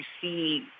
see